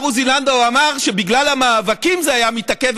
עוזי לנדאו אמר שבגלל המאבקים זה היה מתעכב,